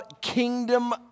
kingdom